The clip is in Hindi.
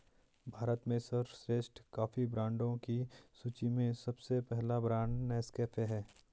भारत में सर्वश्रेष्ठ कॉफी ब्रांडों की सूची में सबसे पहला ब्रांड नेस्कैफे है